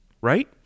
right